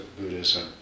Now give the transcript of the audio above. Buddhism